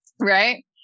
Right